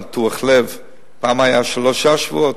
אשפוז אחרי ניתוח לב היה פעם שלושה שבועות,